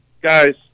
Guys